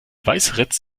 weißeritz